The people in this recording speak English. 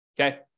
okay